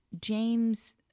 James